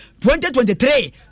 2023